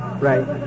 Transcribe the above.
Right